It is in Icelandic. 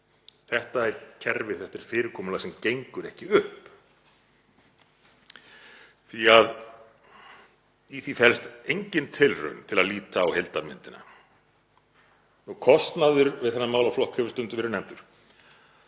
Þetta er kerfi, þetta er fyrirkomulag sem gengur ekki upp því að í því felst engin tilraun til að líta á heildarmyndina. Kostnaður við þennan málaflokk hefur stundum verið nefndur